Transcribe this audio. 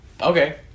Okay